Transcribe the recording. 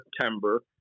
September